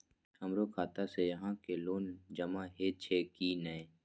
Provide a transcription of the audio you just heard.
हमरो खाता से यहां के लोन जमा हे छे की ने?